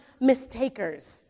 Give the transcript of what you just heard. mistakers